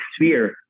sphere